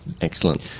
Excellent